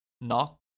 knock